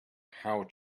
how